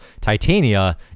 titania